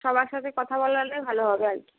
সবার সাথে কথা বলালে ভালো হবে আর কি